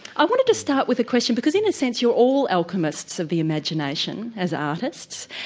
i wanted to start with a question because in a sense your all alchemists of the imagination as artists,